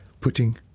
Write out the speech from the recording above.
putting